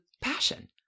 passion